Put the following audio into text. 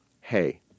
hey